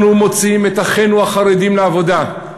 אנחנו מוציאים את אחינו החרדים לעבודה,